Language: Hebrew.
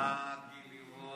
אה, גיל לימון.